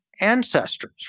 ancestors